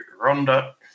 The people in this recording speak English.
Ronda –